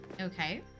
Okay